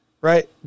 right